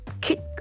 kick